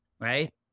Right